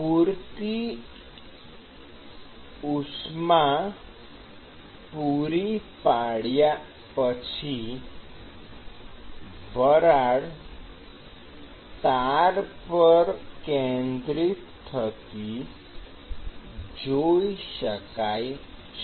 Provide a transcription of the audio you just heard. પૂરતી ઉષ્મા પૂરી પાડ્યા પછી વરાળ તાર પર કેન્દ્રિત થતી જોઇ શકાય છે